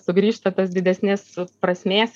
sugrįžta tas didesnės prasmės